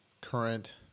current